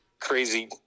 crazy